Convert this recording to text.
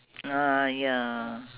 ah ya